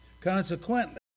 Consequently